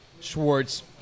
Schwartz